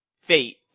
Fate